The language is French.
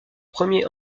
premier